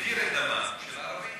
מתיר את דמם של הערבים.